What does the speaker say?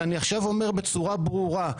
אבל אני עכשיו אומר בצורה ברורה,